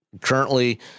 currently